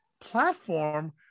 platform